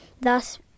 thus